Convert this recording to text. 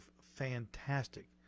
fantastic